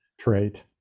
trait